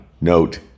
note